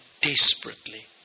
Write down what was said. desperately